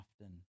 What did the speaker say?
often